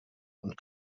und